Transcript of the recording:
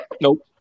Nope